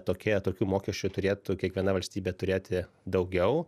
tokie tokių mokesčių turėtų kiekviena valstybė turėti daugiau